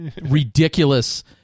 ridiculous